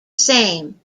same